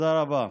תודה רבה.